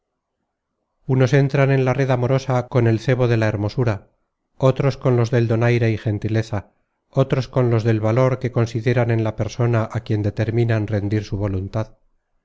unos entran en la red amorosa con el cebo de la her mosura otros con los del donaire y gentileza otros con los del valor que consideran en la persona a quien determinan rendir su voluntad